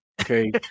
Okay